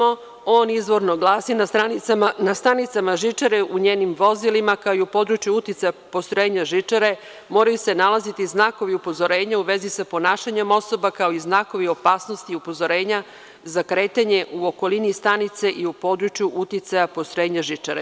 On izvorno glasi: „Na stanicama žičare, u njenim vozilima, kao i u području uticaja postrojenja žičare, moraju se nalaziti znakovi upozorenja u vezi sa ponašanjem osoba, kao i znakovi opasnosti i upozorenja za kretanje u okolini stanice i u području uticaja postrojenja žičare“